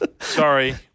Sorry